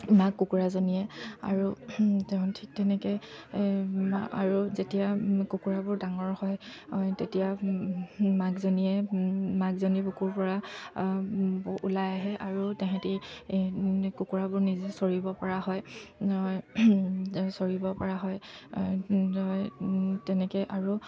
মাক কুকুৰাজনীয়ে আৰু তেওঁ ঠিক তেনেকৈ আৰু যেতিয়া কুকুৰাবোৰ ডাঙৰ হয় তেতিয়া মাকজনীয়ে মাকজনীৰ বুকুৰপৰা ওলাই আহে আৰু তেহেঁতি কুকুৰাবোৰ নিজে চৰিবপৰা হয় চৰিবপৰা হয় তেনেকৈ আৰু